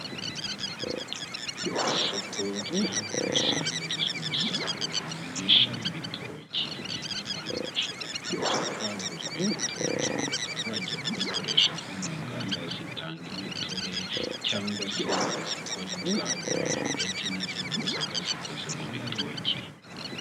Isoko ryakusanyirijwe umusaruro mwinshi w'ibitoki, abantu bashobora kuza kurangura ibi bitoki, bakaba bajya kubikoresha nko mu nganda zitanga imitobe cyangwa se izikora inzagwa ndetse n'izindi nzoga zikoze mu bitoki.